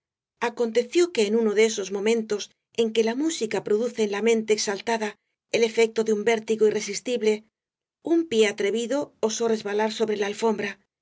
aconteció que en uno de esos momentos en que la música produce en la mente exaltada el efecto de un vértigo irresistible un pie atrevido osó resbalar sobre la alfombra